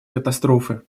катастрофы